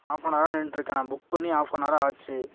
ஹாஃபனவராக நின்றுட்ருக்கண்ணா புக் பண்ணி ஹாஃபனவர் ஆச்சு